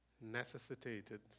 necessitated